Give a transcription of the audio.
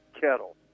kettle